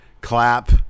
clap